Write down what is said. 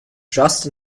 just